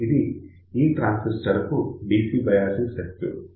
ఇది ఈ ట్రాన్సిస్టర్ కు DC బయాసింగ్ సర్క్యూట్